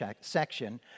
section